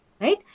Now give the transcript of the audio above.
right